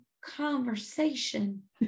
conversation